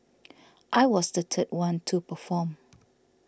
I was the third one to perform